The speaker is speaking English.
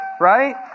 right